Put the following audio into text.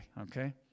okay